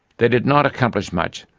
they did not accomplish much,